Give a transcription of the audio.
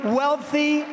wealthy